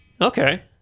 Okay